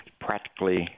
practically